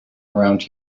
around